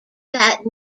that